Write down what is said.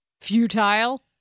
Futile